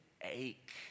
ache